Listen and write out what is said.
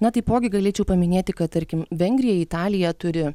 na taipogi galėčiau paminėti kad tarkim vengrija italija turi